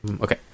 Okay